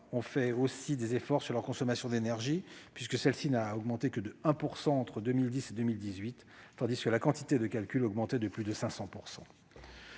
fait aussi des efforts sur leur consommation d'énergie, qui n'a augmenté que de 1 % entre 2010 et 2018, alors que la quantité de calcul progressait de plus de 500 %.